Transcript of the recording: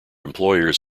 employers